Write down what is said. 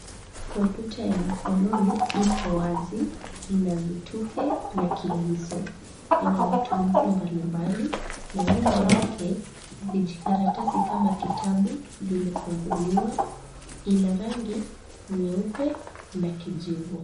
Kompyuta ya mkononi iko wazi, ina vitufe na kiguso, ina matumizi mbalimbali na nyuma yake, vijikaratasi kama kitabu vimefunguliwa, ina rangi nyeupe na kijivu.